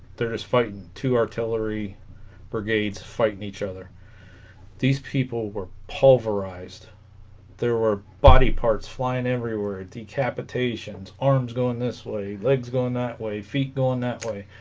there is fighting two artillery brigades fighting each other these people were pulverized there were body parts flying everywhere it decapitations arms going this way legs going that way feet going that way